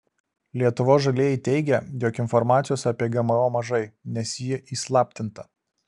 lietuvos žalieji teigia jog informacijos apie gmo mažai nes ji įslaptinta